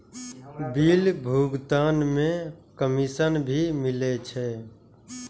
Bill भुगतान में commission भी मिले छै?